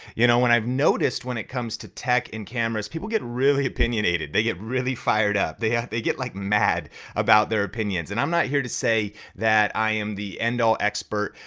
you know, what i've noticed when it comes to tech and cameras, people get really opinionated, they get really fired up, they yeah they get like mad about their opinions. and i'm not here to say that i am the end-all expert.